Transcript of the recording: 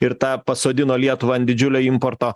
ir tą pasodino lietuvą ant didžiulio importo